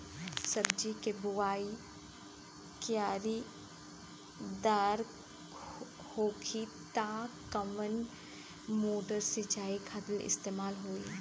सब्जी के बोवाई क्यारी दार होखि त कवन मोटर सिंचाई खातिर इस्तेमाल होई?